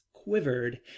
quivered